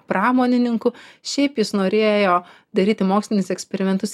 pramonininku šiaip jis norėjo daryti mokslinius eksperimentus